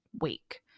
week